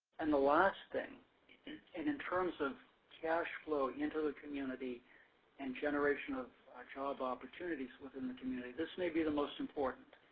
and the last thing and in terms of cashflow into the community and generation of job opportunities within the community, this may be the most important.